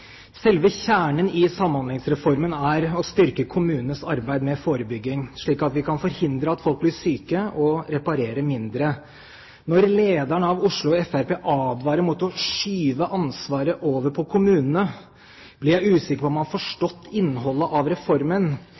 Selve kjernen i Samhandlingsreformen er å styrke kommunenes arbeid med forebygging, slik at vi kan forhindre at folk blir syke og dermed reparere mindre. Når lederen av Oslo FrP advarer mot å skyve ansvaret over på kommunene, blir jeg usikker på om han har forstått innholdet av reformen,